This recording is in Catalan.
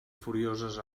furioses